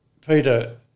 Peter